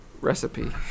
recipe